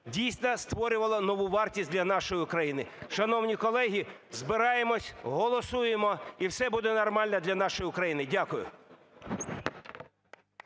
дійсно створювала нову вартість для нашої країни. Шановні колеги, збираємось, голосуємо і все буде нормально для нашої України. Дякую.